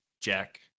Jack